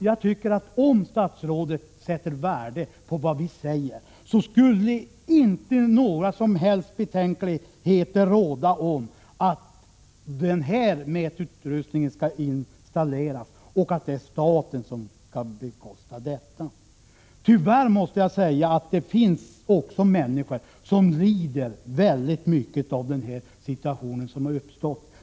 Jag tycker alltså att om statsrådet sätter värde på vad vi säger skulle det inte råda några som helst betänkligheter i fråga om att den här mätutrustningen skall installeras och att det är staten som skall bekosta detta. Tyvärr måste jag säga att det finns människor som lider väldigt mycket av den situation som uppstått.